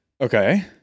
Okay